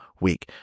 week